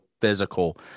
physical